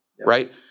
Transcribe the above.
right